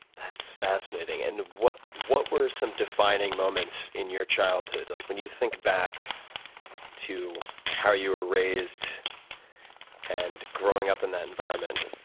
that's fascinating. and what what were some defining moments in your childhood? like when you think back to how you were raised and growing up in that environment,